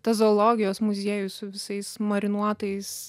tas zoologijos muziejus su visais marinuotais